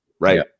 right